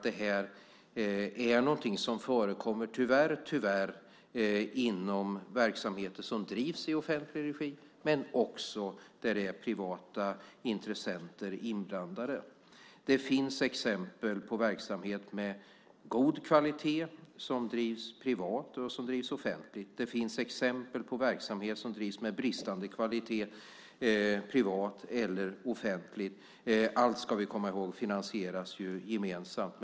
Detta är någonting som tyvärr förekommer inom verksamheter som drivs i offentlig regi men också där det är privata intressenter inblandade. Det finns exempel på verksamhet med god kvalitet som drivs privat och offentligt. Det finns exempel på verksamhet som drivs med bristande kvalitet privat eller offentligt. Vi ska komma ihåg att allt finansieras gemensamt.